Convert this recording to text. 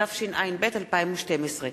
התשע"ב 2012,